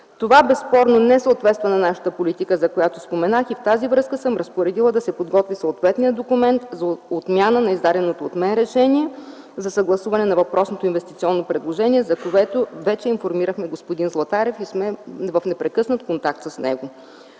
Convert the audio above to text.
Това безспорно не съответства на нашата политика, за която споменах и в тази връзка съм разпоредила да се подготви съответния документ за отмяна на издаденото от мен решение за съгласуване на въпросното инвестиционно предложение, за което вече информирахме господин Златарев и сме в непрекъснат контакт с него.